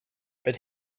but